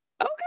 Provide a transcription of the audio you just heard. okay